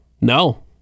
no